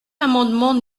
l’amendement